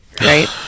right